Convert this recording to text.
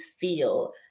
feel